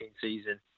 season